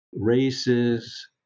races